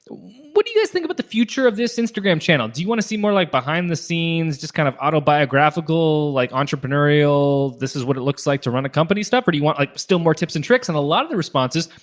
what do you guys think about the future of this instagram channel? do you wanna see more like behind the scenes, just kind of autobiographical, like entrepreneurial, this is what it looks like to run a company stuff or do you want like still more tips and tricks? and a lot of the responses,